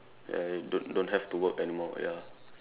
ya you don't don't have to work anymore ya